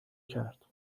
کرد